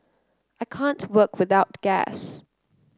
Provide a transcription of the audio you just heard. I can't work without gas